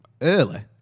early